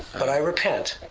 but i repent.